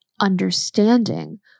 understanding